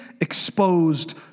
exposed